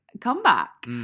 comeback